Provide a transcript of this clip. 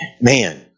man